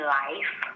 life